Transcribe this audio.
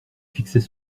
fixait